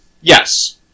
Yes